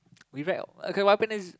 we re~ okay what happen is